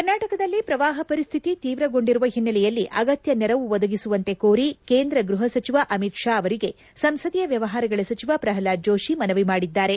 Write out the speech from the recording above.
ಕರ್ನಾಟಕದಲ್ಲಿ ಪ್ರವಾಹ ಪರಿಸ್ಥಿತಿ ತೀವ್ರಗೊಂಡಿರುವ ಹಿನ್ನೆಲೆಯಲ್ಲಿ ಅಗತ್ಯ ನೆರವು ಒದಗಿಸುವಂತೆ ಕೋರಿ ಕೇಂದ್ರ ಗೃಹ ಸಚಿವ ಅಮಿತ್ ಶಾ ಅವರಿಗೆ ಸಂಸದೀಯ ವ್ಯವಹಾರಗಳ ಸಚಿವ ಪ್ರಲ್ಲಾದ್ ಜೋಶಿ ಮನವಿ ಮಾಡಿದ್ದಾರೆ